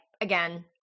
again